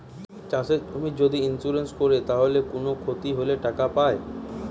চাষের জমির যদি ইন্সুরেন্স কোরে তাইলে কুনো ক্ষতি হলে টাকা পায়